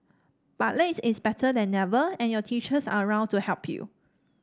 but late is better than never and your teachers are around to help you